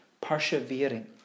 persevering